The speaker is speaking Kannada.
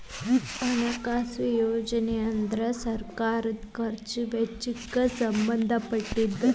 ಹಣಕಾಸು ಯೋಜನೆ ಅಂದ್ರ ಸರ್ಕಾರದ್ ಖರ್ಚ್ ವೆಚ್ಚಕ್ಕ್ ಸಂಬಂಧ ಪಟ್ಟಿದ್ದ